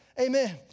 Amen